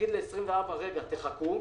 להגיד ל-24 חכו,